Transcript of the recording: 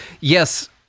yes